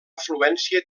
afluència